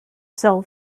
sell